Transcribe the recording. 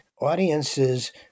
audiences